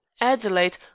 adelaide